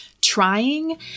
trying